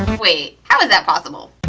wait. how is that possible?